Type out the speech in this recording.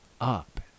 up